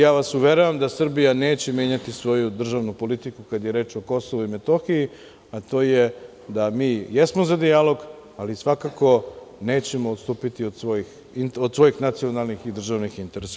Ja vas uveravam da Srbija neće menjati svoju državnu politiku kada je reč o Kosovu i Metohiji, a to je da mi jesmo za dijalog, ali svakako nećemo odstupiti od svojih nacionalnih i državnih interesa.